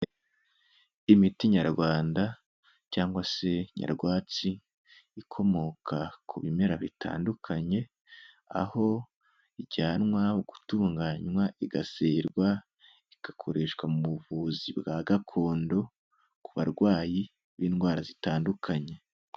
Imiti Nyarwanda cyangwa se nyarwatsi ikomoka ku bimera bitandukanye, aho ijyanwa gutunganywa, igaserwa, igakoreshwa mu buvuzi bwa gakondo, ku barwayi b'indwara zitandukanye.